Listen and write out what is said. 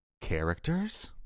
characters